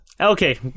Okay